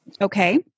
Okay